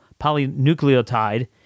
polynucleotide